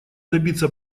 добиться